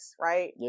right